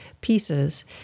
pieces